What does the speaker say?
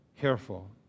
careful